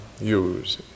use